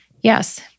Yes